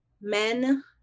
men